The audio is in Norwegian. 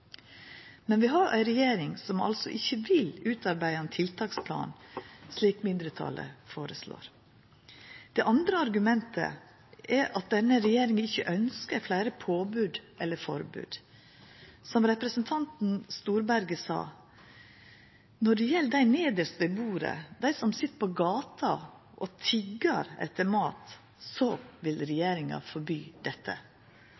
Men vi har ei regjering som altså ikkje vil utarbeida ein tiltaksplan, slik mindretalet foreslår. Det andre argumentet er at denne regjeringa ikkje ønskjer fleire påbod eller forbod. Som representanten Storberget sa – når det gjeld dei nedst ved bordet, dei som sit på gata og tiggar mat, vil regjeringa forby dette.